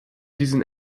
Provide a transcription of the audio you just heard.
diesen